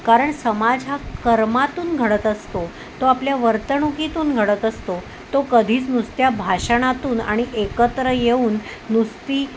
कारण समाज हा कर्मातून घडत असतो तो आपल्या वर्तणुकीतून घडत असतो तो कधीच नुसत्या भाषणातून आणि एकत्र येऊन नुसती